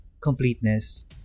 completeness